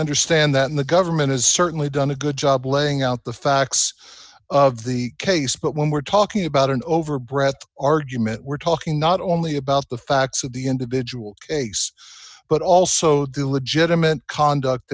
understand that the government has certainly done a good job laying out the facts of the case but when we're talking about an over breath argument we're talking not only about the facts of the individual case but also the legitimate conduct